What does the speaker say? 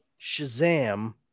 Shazam